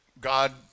God